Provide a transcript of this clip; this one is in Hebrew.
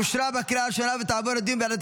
אושרה בקריאה הראשונה ותעבור לדיון בוועדת